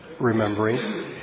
remembering